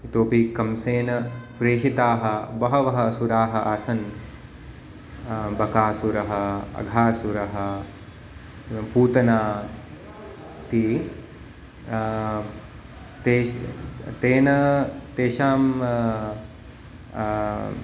इतोऽपि कंसेन प्रेषिताः बहवः असुराः आसन् बकासुरः अघासुरः पूतना इति तेषां तेन तेषाम्